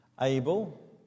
Abel